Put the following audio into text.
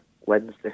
Wednesday